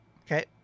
Okay